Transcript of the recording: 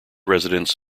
residents